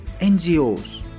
NGOs